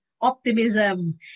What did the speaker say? optimism